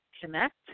connect